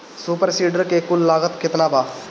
Super seeder के कुल लागत केतना बा?